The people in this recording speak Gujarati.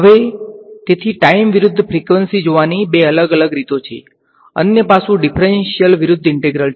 હવે તેથી ટાઈમ વિરુદ્ધ ફ્રીક્વન્સી જોવાની બે અલગ અલગ રીતો છે અન્ય પાસું ડીફરંશીયલ વિરુદ્ધ ઈંટેગ્રલ છે